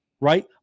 right